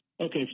Okay